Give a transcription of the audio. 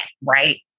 right